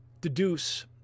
deduce